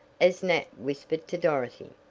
as nat whispered to dorothy.